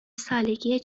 سالگی